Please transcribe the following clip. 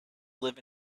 live